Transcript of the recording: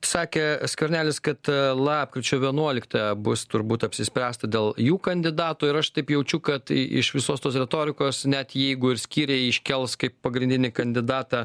sakė skvernelis kad lapkričio vienuoliktąją bus turbūt apsispręsta dėl jų kandidatų ir aš taip jaučiu kad iš visos tos retorikos net jeigu ir skyriai iškels kaip pagrindinį kandidatą